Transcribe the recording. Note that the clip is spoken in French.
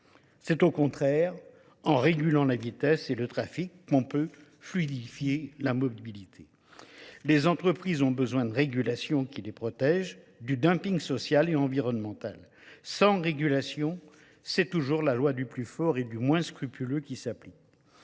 C'est au contraire, en régulant la vitesse et le trafic, qu'on peut fluidifier la mobilité. Les entreprises ont besoin de régulations qui les protègent, du dumping social et environnemental. Sans régulation, c'est toujours la loi du plus fort et du moins scrupuleux qui s'applique.